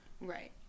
Right